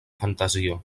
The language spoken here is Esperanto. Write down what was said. fantazio